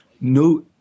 no